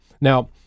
Now